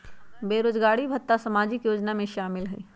बेरोजगारी भत्ता सामाजिक योजना में शामिल ह ई?